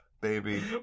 baby